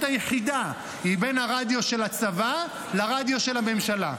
היחידה היא בין הרדיו של הצבא לרדיו של הממשלה".